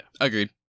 agreed